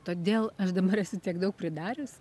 todėl aš dabar esu tiek daug pridarius